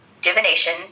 divination